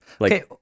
Okay